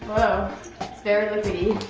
it's very liquidy.